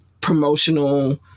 promotional